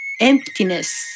emptiness